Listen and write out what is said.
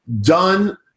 done